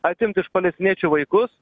atimt iš palestiniečių vaikus